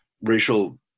racial